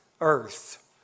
earth